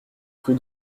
rue